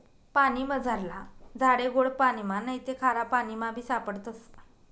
पानीमझारला झाडे गोड पाणिमा नैते खारापाणीमाबी सापडतस